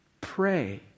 pray